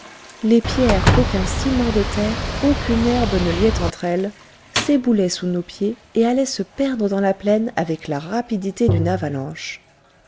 les pierres qu'aucun ciment de terre aucune herbe ne liaient entre elles s'éboulaient sous nos pieds et allaient se perdre dans la plaine avec la rapidité d'une avalanche